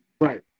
right